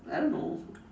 I don't know